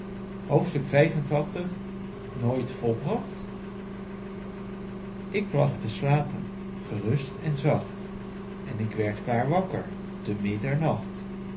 nooit volbracht ik lag te slapen gerust en zacht en k werd klaar wakker te middernacht